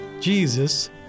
Jesus